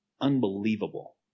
Unbelievable